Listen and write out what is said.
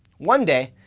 one day,